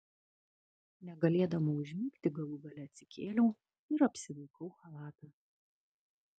negalėdama užmigti galų gale atsikėliau ir apsivilkau chalatą